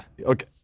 Okay